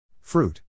Fruit